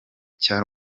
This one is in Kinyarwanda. cya